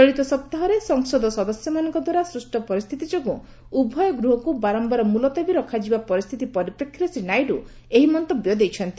ଚଳିତ ସପ୍ତାହରେ ସଂସଦ ସଦସ୍ୟମାନଙ୍କ ଦ୍ୱାରା ସୃଷ୍ଟ ପରିସ୍ଥିତି ଯୋଗୁଁ ଉଭୟ ଗୃହକୁ ବାରମ୍ଘାର ମୁଲତବୀ ରଖାଯିବା ପରିସ୍ଥିତି ପରିପ୍ରେକ୍ଷୀରେ ଶ୍ରୀ ନାଇଡୁ ଏହି ମନ୍ତବ୍ୟ ଦେଇଛନ୍ତି